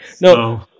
No